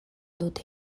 dute